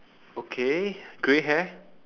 okay grey hair